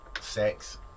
sex